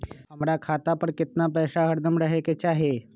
हमरा खाता पर केतना पैसा हरदम रहे के चाहि?